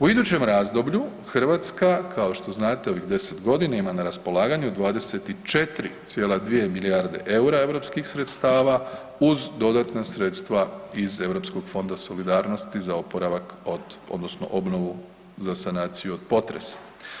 U idućem razdoblju Hrvatska, kao što znate, u ovih 10.g. ima na raspolaganju 24,2 milijarde EUR-a europskih sredstava uz dodatna sredstva iz Europskog fonda solidarnosti za oporavak odnosno obnovu za sanaciju od potresa.